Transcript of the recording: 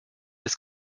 des